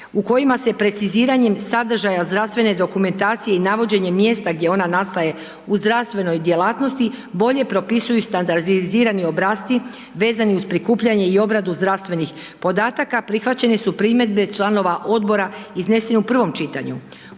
u kojim se preciziranjem sadržaja zdravstvene dokumentacije i navođenje mjesta gdje ona nastaje u zdravstvenoj djelatnosti, bolje propisuju standardizirani obrasci vezani uz prikupljanje i obradu zdravstvenih podataka, prihvaćeni su primjedbe članova odbora izneseni u prvom čitanju.